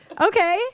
okay